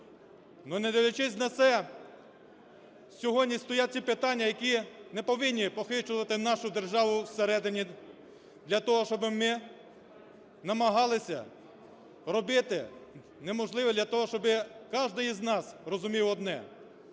Не дивлячись на це, сьогодні стоять ці питання, які не повинні похитувати нашу державу всередині для того, щоб ми намагалися робити неможливе для того, щоб кожен з нас розумів одне,